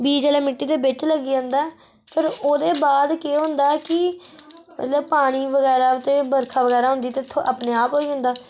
बीऽ जेल्लै मिट्टी दे बिच लग्गी जंदा फिर ओह्दे बाद केह हुंदा कि मतलब पानी बगैरा ते बर्खा बगैरा होंदी ते अपने आप होई जंदा